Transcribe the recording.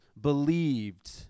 believed